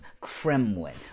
Kremlin